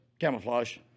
Camouflage